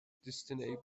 destiny